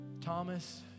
Thomas